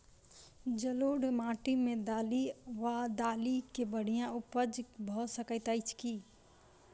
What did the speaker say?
जलोढ़ माटि मे दालि वा दालि केँ बढ़िया उपज भऽ सकैत अछि की?